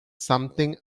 something